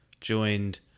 Joined